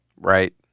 right